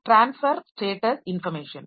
transfer status information